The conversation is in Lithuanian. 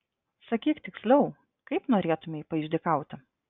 sakyk tiksliau kaip norėtumei paišdykauti